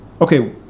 okay